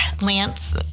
Lance